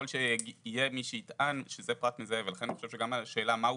יכול שיהיה מי שיטען שזה פרט מזהה ולכן אני חושב שגם השאלה מהו